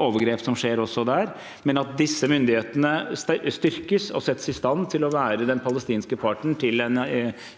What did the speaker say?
overgrep som skjer også der, og at disse myndighetene styrkes og settes i stand til å være den palestinske parten til en